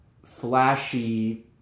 flashy